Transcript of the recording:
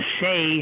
say